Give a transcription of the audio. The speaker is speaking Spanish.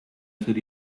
ser